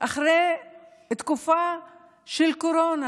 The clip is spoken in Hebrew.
אחרי התקופה של הקורונה,